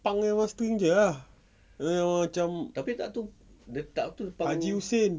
string jer ah dia macam pak haji hussin